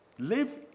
Live